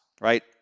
right